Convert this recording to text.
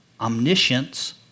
omniscience